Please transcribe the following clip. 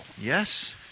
Yes